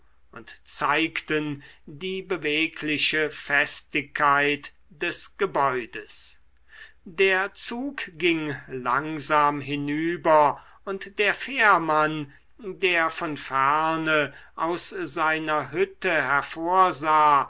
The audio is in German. und zeigten die bewegliche festigkeit des gebäudes der zug ging langsam hinüber und der fährmann der von ferne aus seiner hütte hervorsah